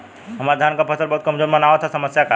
हमरे धान क फसल बहुत कमजोर मनावत ह समस्या का ह?